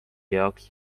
jaoks